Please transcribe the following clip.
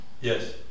Yes